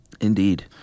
Indeed